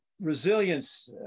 Resilience